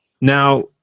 Now